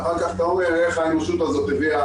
ואחר כך אתה אומר איך האנושות הזאת הביאה